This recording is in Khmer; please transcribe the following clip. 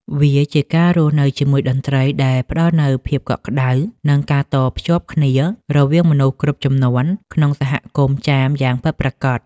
វាជាការរស់នៅជាមួយតន្ត្រីដែលផ្តល់នូវភាពកក់ក្តៅ និងការតភ្ជាប់គ្នារវាងមនុស្សគ្រប់ជំនាន់ក្នុងសហគមន៍ចាមយ៉ាងពិតប្រាកដ។